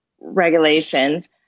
regulations